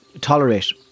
tolerate